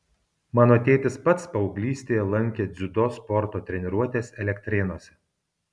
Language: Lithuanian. mano tėtis pats paauglystėje lankė dziudo sporto treniruotes elektrėnuose